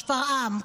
שפרעם,